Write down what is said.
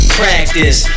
practice